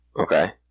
Okay